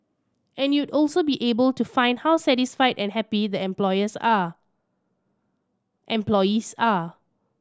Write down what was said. and you'd also be able to find how satisfied and happy the are employees are